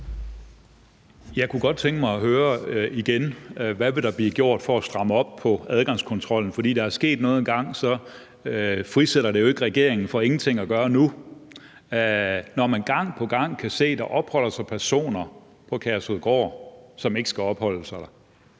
Jeg kunne igen godt tænke mig at høre: Hvad vil der blive gjort for at stramme op på adgangskontrollen? Fordi der er sket noget engang, friholder det jo ikke regeringen i forhold til ingenting at gøre nu. Når man gang på gang kan se, at der opholder sig personer på Kærshovedgård, som ikke skal opholde sig der,